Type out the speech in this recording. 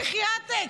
בחייאתכ,